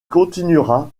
continuera